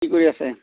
কি কৰি আছে